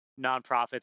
nonprofits